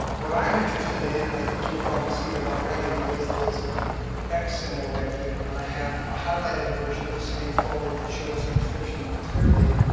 what i'm interested in and i think you've probably seen it already is this x symbol right here, and i have a highlighted version of the same photo that shows the inscription more clearly,